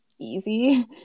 easy